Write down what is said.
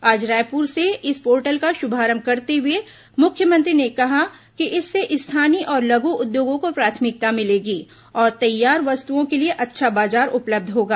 आज रायपुर से इस पोर्टल का शुभारंभ करते हुए मुख्यमंत्री ने कहा कि इससे स्थानीय और लघु उद्योगों को प्राथमिकता मिलेगी और तैयार वस्तुओं के लिए अच्छा बाजार उपलब्ध होगा